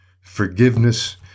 forgiveness